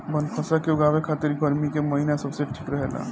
बनफशा के उगावे खातिर गर्मी के महिना सबसे ठीक रहेला